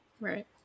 right